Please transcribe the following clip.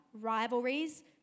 rivalries